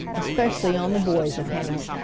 especially on the boys' account.